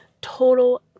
total